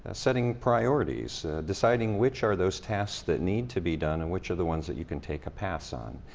ah setting priorities, deciding which are those tasks that need to be done and which are the ones that you can take a pass on.